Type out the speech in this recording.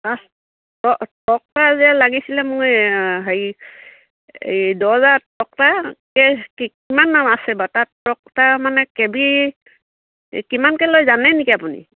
তকতা যে লাগিছিলে মই হেৰি এই দৰ্জাৰ তকতা এই কিমানমান আছে বাৰু তাত তকতা মানে কে বি এই কিমানকৈ লৈ জানে নেকি আপুনি